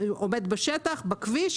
עובד בשטח בכביש,